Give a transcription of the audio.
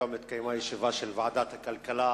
היום התקיימה ישיבה של ועדת הכלכלה